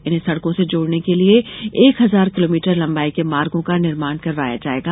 इन्हें सड़कों से जोड़ने के लिए एक हजार किलोमीटर लंबाई के मार्गो का निर्माण करवाया जायेगा